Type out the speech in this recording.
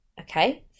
okay